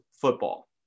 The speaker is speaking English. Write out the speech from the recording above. football